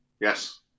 Yes